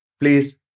Please